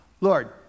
Lord